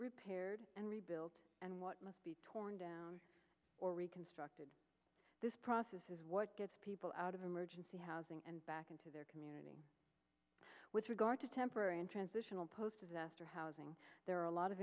repaired and rebuild and what must be torn down or reconstructed this process is what gets people out of emergency housing and back into their community with regard to temporary and transitional posted after housing there are a lot of